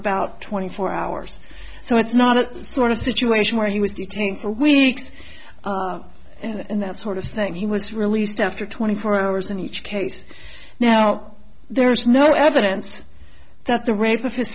about twenty four hours so it's not a sort of situation where he was detained for weeks and that sort of thing he was released after twenty four hours in each case now there's no evidence that the rape of his